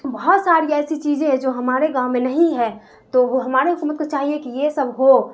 بہت ساری ایسی چیزیں ہے جو ہمارے گاؤں میں نہیں ہے تو وہ ہمارے حکومت کو چاہیے کہ یہ سب ہو